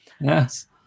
Yes